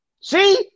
See